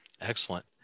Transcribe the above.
excellent